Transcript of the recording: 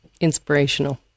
inspirational